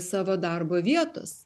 savo darbo vietos